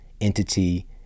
entity